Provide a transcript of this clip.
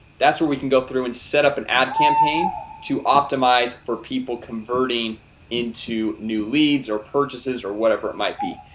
that's where we can go through and set up an ad campaign to optimize for people converting into new leads or purchases or whatever. it might be.